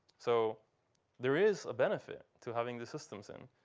so there is a benefit to having these systems in.